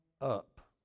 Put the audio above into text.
up